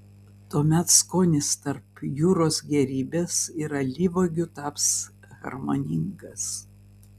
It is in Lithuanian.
tuomet skonis tarp jūros gėrybės ir alyvuogių taps harmoningas